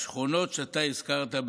בשכונות שאתה הזכרת,